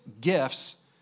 gifts